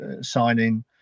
signing